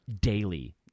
daily